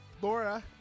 Laura